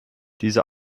diese